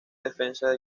defensas